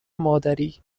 مادری